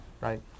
right